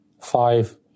five